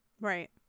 Right